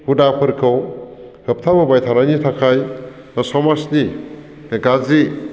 हुदाफोरखौ होबथाबोबाय थानायनि थाखाय समाजनि बे गाज्रि